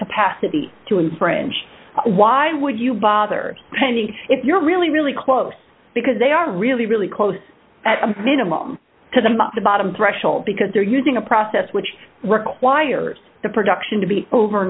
capacity to infringe why would you bother spending if you're really really close because they are really really close at a minimum to them but the bottom threshold because they're using a process which requires the production to be over